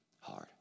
hard